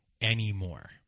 anymore